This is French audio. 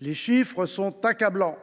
Les chiffres sont accablants.